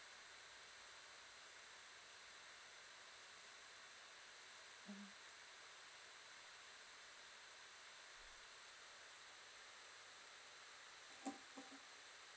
mmhmm